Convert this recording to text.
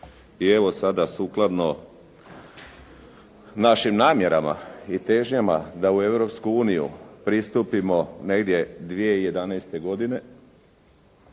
i evo sada sukladno našim namjerama i težnjama da u Europsku uniju pristupimo negdje 2011. godine